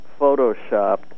photoshopped